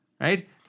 right